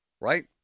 right